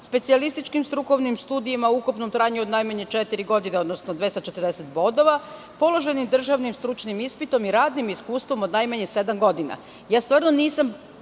specijalističkim strukovnim studijama u ukupnom trajanju od najmanje četiri godine, odnosno 240 bodova, položenim državnim stručnim ispitom i radnim iskustvom od najmanje sedam